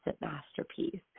masterpiece